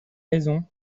raison